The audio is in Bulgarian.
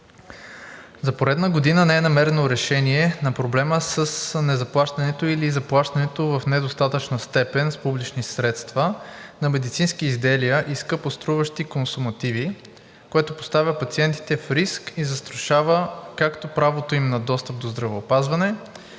За поредна година не е намерено решение на проблема с незаплащането или заплащането в недостатъчна степен с публични средства на медицински изделия и скъпоструващи консумативи, което поставя пациентите в риск и застрашава както правото им на достъп до здравеопазване,